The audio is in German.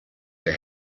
der